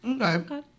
Okay